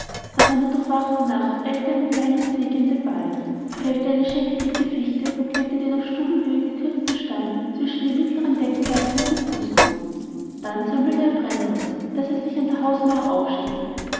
nach einer durchwachten nacht eilte er mit beil und säge in den wald fällte eine schenkeldicke fichte und klemmte den auf stubenhöhe gekürzten stamm zwischen den mittleren deckenbalken und den fußboden dann sammelte er brennholz das er an der hausmauer aufschichtete